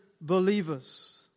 believers